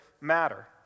matter